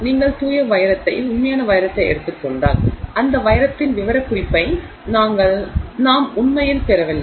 நீங்கள் தூய வைரத்தை உண்மையான வைரத்தை எடுத்துக் கொண்டால் அந்த வைரத்தின் விவரக்குறிப்பை நாங்கள் உண்மையில் பெறவில்லை